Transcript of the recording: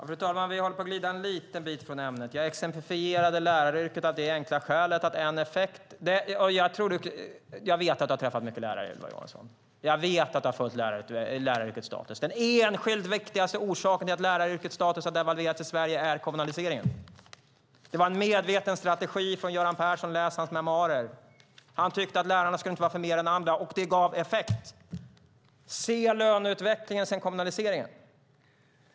Fru talman! Vi håller på att glida en liten bit från ämnet. Jag exemplifierade med läraryrket. Jag vet att Ylva Johansson har träffat många lärare. Jag vet att du har följt läraryrkets status. Den enskilt viktigaste orsaken till att läraryrkets status har devalverats i Sverige är kommunaliseringen. Det var en medveten strategi från Göran Perssons sida. Läs hans memoarer! Han tyckte inte att lärarna skulle vara förmer än andra - och det gav effekt. Se på löneutvecklingen sedan kommunaliseringen.